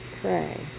Pray